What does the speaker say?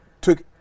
took